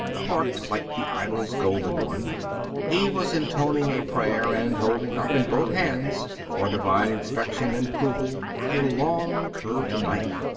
forked like the idol's golden one he was intoning a prayer, and holding up, in both hands, for divine inspection and approval, a long curved knife.